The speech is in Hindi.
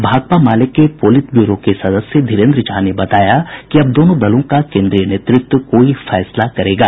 भाकपा माले के पोलित ब्यूरो के सदस्य धीरेन्द्र झा ने बताया कि अब दोनों दलों का केन्द्रीय नेतृत्व कोई फैसला करेगा